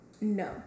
No